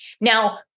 Now